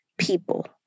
People